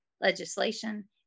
legislation